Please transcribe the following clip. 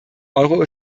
euro